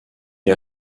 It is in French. est